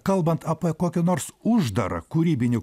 kalbant apie kokį nors uždarą kūrybinių